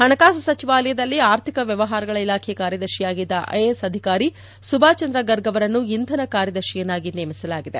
ಹಣಕಾಸು ಸಚಿವಾಲಯದಲ್ಲಿ ಆರ್ಥಿಕ ವ್ಯವಹಾರಗಳ ಇಲಾಖೆ ಕಾರ್ಯದರ್ಶಿಯಾಗಿದ್ದ ಐಎಎಸ್ ಅಧಿಕಾರಿ ಸುಭಾಷ್ಚಂದ್ರ ಗರ್ಗ್ ಅವರನ್ನು ಇಂಧನ ಕಾರ್ಯದರ್ಶಿಯನ್ನಾಗಿ ನೇಮಿಸಲಾಗಿದೆ